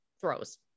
throws